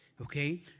Okay